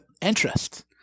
interest